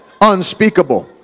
unspeakable